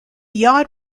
yard